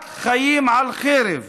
רק חיים על חרב,